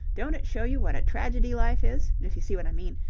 don't it show you what a tragedy life is, if you see what i mean,